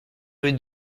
rue